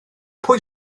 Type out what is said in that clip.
pwy